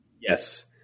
Yes